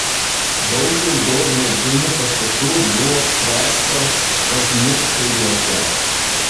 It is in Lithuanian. daug daugiau medinių pastatų buvo krašto bažnytkaimiuose